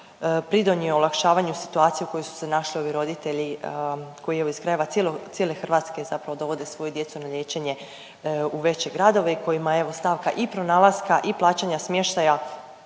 pridonio olakšavanju situacije u kojoj su se našli ovi roditelji koji evo iz krajeva cijele Hrvatske zapravo dovode svoju djecu na liječenje u veće gradove i kojima je evo stavka i pronalaska i plaćanja smještaja